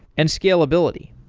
and scalability.